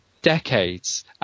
decades